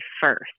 first